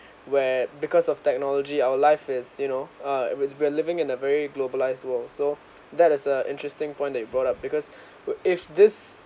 where because of technology our life is you know uh if it's we're living in a very globalised world so that is a interesting point that you brought up because wha~ if this